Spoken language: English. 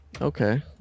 Okay